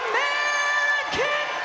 American